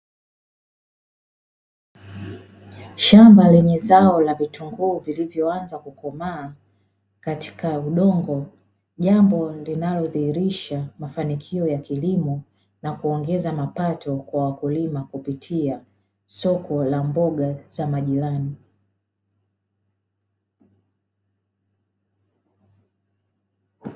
Shamba lenye zao la vitunguu vilivyoanza kukomaa katika udongo, jambo linalodhihilisha mafanikio ya kilimo na kuongeza mapato kwa wakulima kupita soko la mboga za majani.